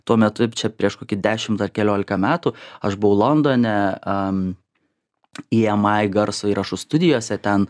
tuo metu čia prieš kokį dešimt ar keliolika metų aš buvau londone am jamai garso įrašų studijose ten